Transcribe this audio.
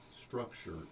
structure